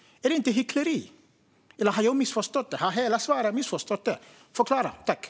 Är inte det hyckleri? Eller har jag och hela Sverige missförstått detta? Förklara, tack!